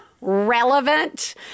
relevant